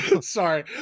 Sorry